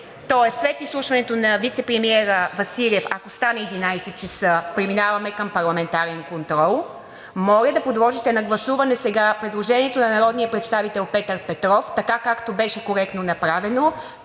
тоест след изслушването на вицепремиера Василев, ако стане 11,00 ч., преминаваме към парламентарен контрол, моля да подложите на гласуване сега предложението на народния представител Петър Петров така, както беше коректно направено